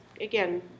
again